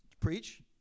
preach